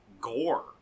gore